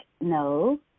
no